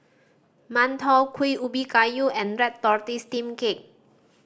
mantou Kuih Ubi Kayu and red tortoise steamed cake